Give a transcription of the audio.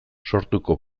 sortuko